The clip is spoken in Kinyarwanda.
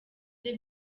the